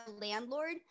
landlord